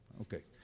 Okay